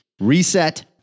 reset